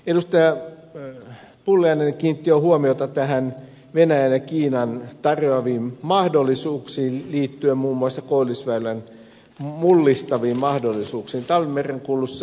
pulliainen kiinnitti jo huomiota näihin venäjän ja kiinan tarjoamiin mahdollisuuksiin liittyen muun muassa koillisväylän mullistaviin mahdollisuuksiin talvimerenkulussa